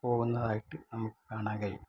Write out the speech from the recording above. പോകുന്നതായിട്ട് നമുക്ക് കാണാൻ കഴിയും